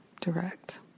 direct